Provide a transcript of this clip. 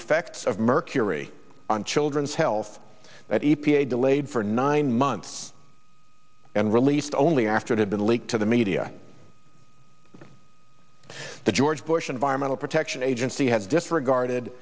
effects of mercury on children's health that e p a delayed for nine months and released only after it had been leaked to the media the george bush environmental protection agency has disregarded